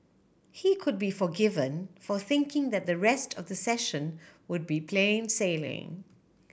he could be forgiven for thinking that the rest of the session would be plain sailing